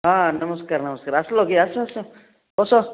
ହଁ ନମସ୍କାର ନମସ୍କାର ଆସିଲକି ଆସ ଆସ ବସ